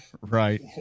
Right